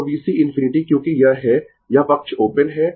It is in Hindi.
तो VC ∞ क्योंकि यह है यह पक्ष ओपन है